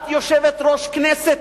את היית יושבת-ראש הכנסת,